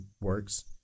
works